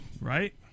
Right